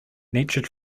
nature